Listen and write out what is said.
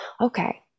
okay